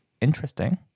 interesting